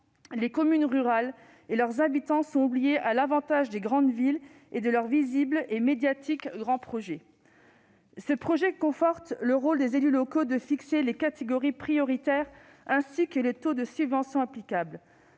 les communes rurales et leurs habitants sont oubliés, au bénéfice des grandes villes et de leurs visibles et médiatiques « grands projets ». Le texte conforte le rôle des élus locaux, lequel consiste à fixer les catégories prioritaires, ainsi que les taux de subvention applicables.